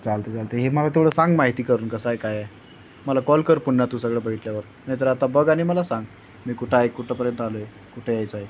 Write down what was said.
चालते चालते हे मला तेवढं सांग माहिती करून कसं आहे काय आहे मला कॉल कर तू सगळं बघितल्यावर नाहीतर आता बघ आणि मला सांग मी कुठं आहे कुठंपर्यंत आलो आहे कुठे यायचं आहे